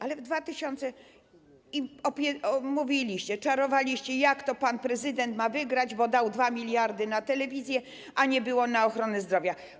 Ale w dwa tysiące... mówiliście, czarowaliście, jak to pan prezydent ma wygrać, bo dał 2 mld na telewizję, a nie było na ochronę zdrowia.